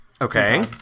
Okay